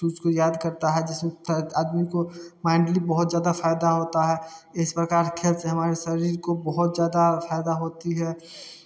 तो उसको याद करता है जिसमें आदमी को मैंटली बहुत ज़्यादा फ़ायदा होता है इस प्रकार खेल से हमारे शरीर को खेल से बहुत ज़्यादा फ़ायदा होती है